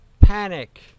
panic